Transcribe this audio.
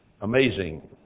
amazing